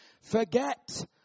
Forget